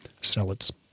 salads